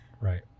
Right